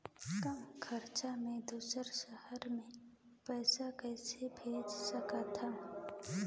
कम खरचा मे दुसर शहर मे पईसा कइसे भेज सकथव?